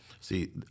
See